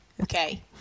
okay